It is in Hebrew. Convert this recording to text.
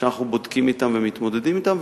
שאנחנו בודקים אותן ומתמודדים אתן,